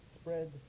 spread